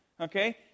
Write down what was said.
Okay